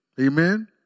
amen